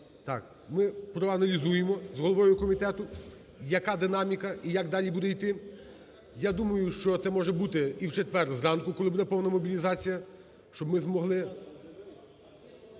ми проаналізуємо з головою комітету, яка динаміка і як далі буде йти. Я думаю, що це може бути і в четвер зранку, коли буде повна мобілізація, щоб ми змогли…